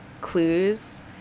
clues